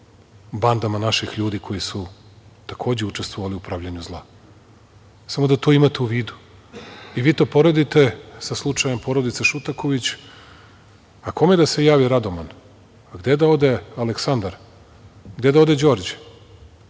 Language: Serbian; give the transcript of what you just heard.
bandama naših ljudi koji su takođe učestvovali u pravljenju zla. Samo da to imate u vidu. Vi to poredite sa slučajem porodice Šutaković? A kome da se javi Radoman? A gde da ode Aleksandar? Gde da ode Đorđe?